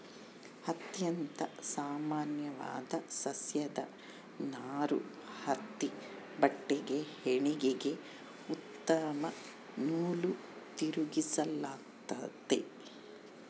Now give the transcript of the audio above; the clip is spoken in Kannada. ಅತ್ಯಂತ ಸಾಮಾನ್ಯವಾದ ಸಸ್ಯದ ನಾರು ಹತ್ತಿ ಬಟ್ಟೆಗೆ ಹೆಣಿಗೆಗೆ ಉತ್ತಮ ನೂಲು ತಿರುಗಿಸಲಾಗ್ತತೆ